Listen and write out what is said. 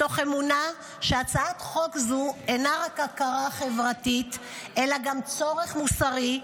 מתוך אמונה שהצעת חוק זו אינה רק הכרה חברתית אלא גם צורך מוסרי,